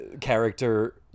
character